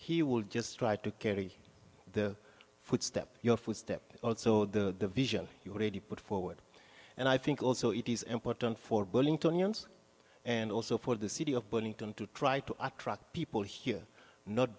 he will just try to carry the footstep your footsteps also the vision you already put forward and i think also it is important for burlington young's and also for the city of burlington to try to attract people here not